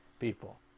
People